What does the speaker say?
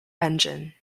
engine